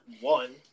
one